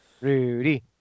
Rudy